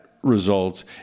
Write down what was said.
results